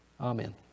Amen